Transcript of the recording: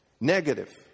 negative